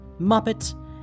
Muppet